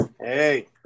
Hey